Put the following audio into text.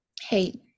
Hey